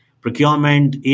procurement